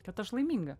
kad aš laiminga